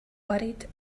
worried